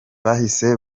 bahise